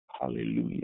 Hallelujah